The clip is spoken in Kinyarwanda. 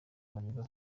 madiba